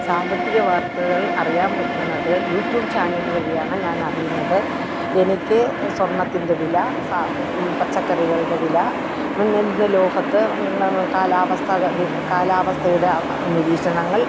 സാമ്പത്തിക വാർത്തകൾ അറിയാം പറ്റുന്നത് യൂട്യൂബ് ചാനല് വഴിയാണ് ഞാൻ അറിയുന്നത് എനിക്ക് സ്വർണ്ണത്തിൻ്റെ വില പച്ചക്കറികളുടെ വില മുന്നിലത്തെ ലോഹത്ത് കാലാവസ്ഥ കാലാവസ്ഥയുടെ നിരീഷണങ്ങൾ